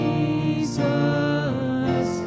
Jesus